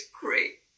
great